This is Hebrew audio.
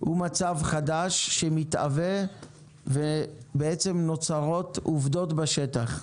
הוא מצב חדש שמתהווה ובעצם נוצרות עובדות בשטח.